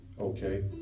okay